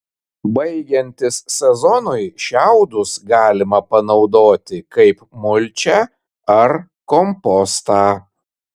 baigiantis sezonui šiaudus galima panaudoti kaip mulčią ar kompostą